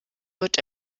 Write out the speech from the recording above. wird